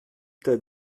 tas